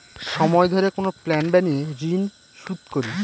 সময় ধরে কোনো প্ল্যান বানিয়ে ঋন শুধ করি